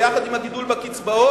ביחד עם הגידול בקצבאות.